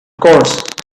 course